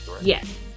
Yes